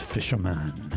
Fisherman